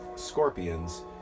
scorpions